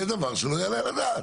זה דבר שלא יעלה על הדעת.